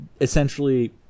essentially